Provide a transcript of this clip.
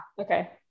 Okay